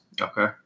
Okay